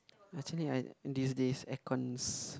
actually I these days air cons